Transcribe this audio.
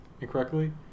incorrectly